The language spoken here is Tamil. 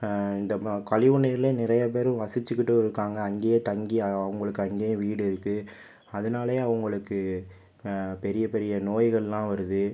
இந்த கழிவு நீரிலேயே நிறைய பேர் வசிச்சுக்கிட்டும் இருக்காங்க அங்கையே தங்கி அவர்களுக்கு அங்கையே வீடு இருக்கு அதனாலேயே அவர்களுக்கு பெரிய பெரிய நோய்கள்லாம் வருது